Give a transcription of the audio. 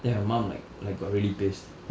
then my mum like like got really pissed